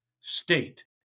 state